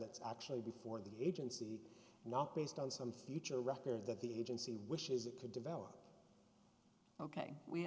that's actually before the agency and not based on some future record that the agency wishes it to develop ok we